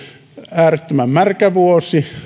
äärettömän märkä vuosi